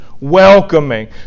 Welcoming